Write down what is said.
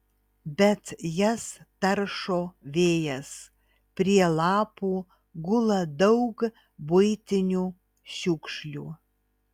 bet jas taršo vėjas prie lapų gula daug buitinių šiukšlių